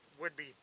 would-be